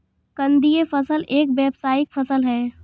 कंदीय फसल एक व्यावसायिक फसल है